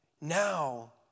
now